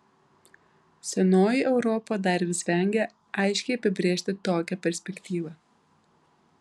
senoji europa dar vis vengia aiškiai apibrėžti tokią perspektyvą